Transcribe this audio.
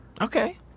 Okay